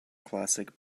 classic